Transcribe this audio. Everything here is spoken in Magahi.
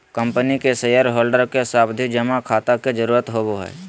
कम्पनी के शेयर होल्डर के सावधि जमा खाता के जरूरत होवो हय